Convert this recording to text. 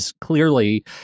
clearly